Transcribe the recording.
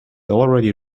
already